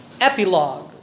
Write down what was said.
epilogue